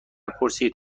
پرسید